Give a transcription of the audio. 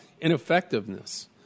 ineffectiveness